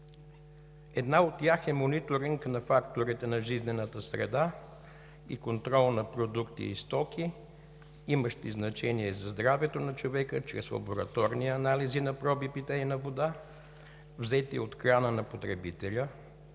Една от тях е мониторинг на факторите на жизнената среда и контрол над продукти и стоки, имащи значение за здравето на човека, чрез лабораторни анализи на проби питейна вода, взети от крана на потребителя,